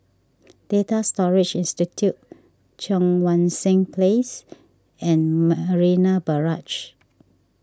Data Storage Institute Cheang Wan Seng Place and Marina Barrage